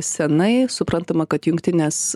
senai suprantama kad jungtinės